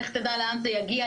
לך תדע לאן זה יגיע,